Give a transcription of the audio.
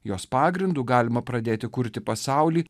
jos pagrindu galima pradėti kurti pasaulį